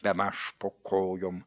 bemaž po kojom